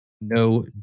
No